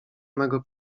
mego